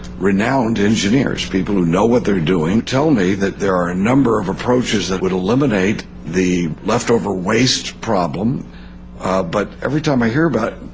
renowned engineers. people who know what they're doing. tell me that there are a number of approaches that would eliminate the leftover waste problem but everytime i hear about